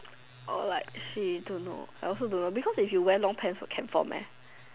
or like she don't know I also don't know because if you wear long pants will can form meh